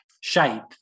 shape